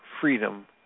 freedom